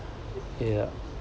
you are